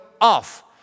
off